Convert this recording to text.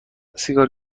سیگار